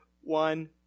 one